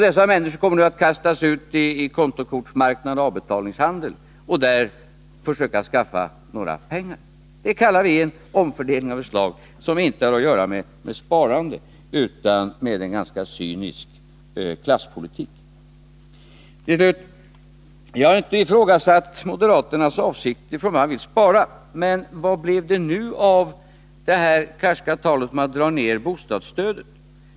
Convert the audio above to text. Dessa människor kommer nu att kastas ut i kontokortsmarknad och avbetalningshandel för att där försöka skaffa pengar. Det kallar vi en omfördelning som inte har att göra med sparande utan är en ganska cynisk klasspolitik. Jag har inte ifrågasatt moderaternas avsikt beträffande sparandet, men vad blev det av det karska talet om att dra ned bostadsstödet?